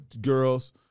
girls